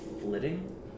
flitting